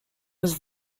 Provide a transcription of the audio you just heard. was